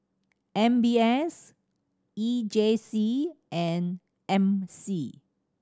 M B S E J C and M C